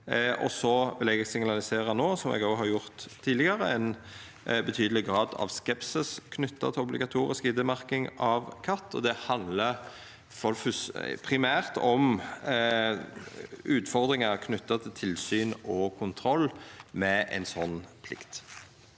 òg har gjort tidlegare – ein betydeleg grad av skepsis knytt til obligatorisk ID-merking av katt. Det handlar primært om utfordringar knytte til tilsyn og kontroll med ei slik plikt.